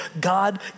God